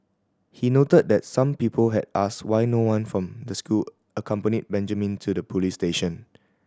he noted that some people had asked why no one from the school accompanied Benjamin to the police station